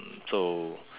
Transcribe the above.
so